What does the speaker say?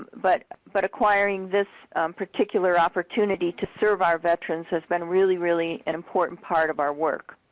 but but acquiring this particular opportunity to serve our veterans has been really, really an important part of our work.